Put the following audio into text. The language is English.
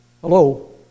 Hello